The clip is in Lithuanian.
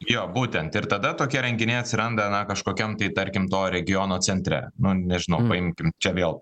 jo būtent ir tada tokie renginiai atsiranda na kažkokiam tai tarkim to regiono centre nu nežinau paimkim čia vėl